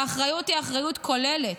האחריות היא אחריות כוללת,